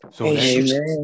Amen